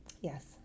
Yes